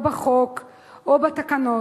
או בחוק או בתקנות,